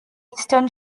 eastern